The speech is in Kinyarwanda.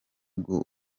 guha